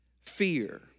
fear